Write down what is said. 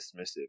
dismissive